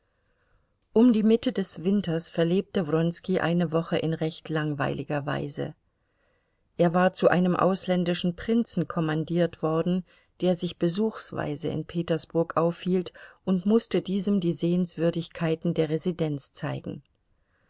um die mitte des winters verlebte wronski eine woche in recht langweiliger weise er war zu einem ausländischen prinzen kommandiert worden der sich besuchsweise in petersburg aufhielt und mußte diesem die sehenswürdigkeiten der residenz zeigen